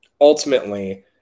ultimately